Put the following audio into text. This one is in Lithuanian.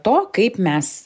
to kaip mes